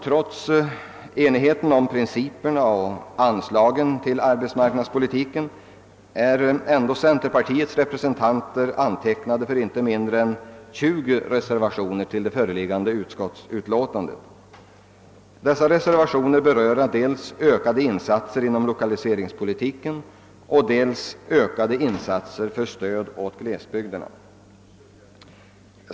Trots enigheten rörande principerna om anslagen till arbetsmarknadspolitiken är centerpartiets representanter ändå antecknade för inte mindre än 20 reservationer till förevarande utskottsutlåtande. Dessa reserva tioner berör dels ökade insatser inom lokaliseringspolitiken, dels ökade insatser för stöd åt glesbygderna.